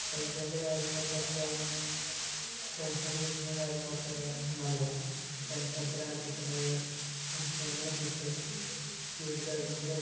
പൈസേൻ്റെ കാര്യങ്ങളൊക്കെ എത്രയാന്നും പെൻഷൻ കിട്ടുന്ന കാര്യങ്ങളൊക്കേ ഒന്നറിയണം പെൻഷൻ എത്രയാണ് കിട്ടുന്നത് പെൻഷൻ എങ്ങനെ കിട്ടും ജോലി കഴിഞ്ഞ ശേഷം